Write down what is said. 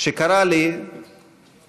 שקרה לי ב-1999.